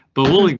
but lonely.